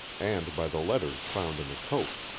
and by the letters found in the coat.